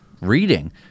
reading